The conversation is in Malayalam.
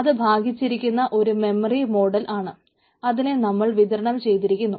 അതിനെ നമ്മൾ വിതരണം ചെയ്തിരിക്കുന്നു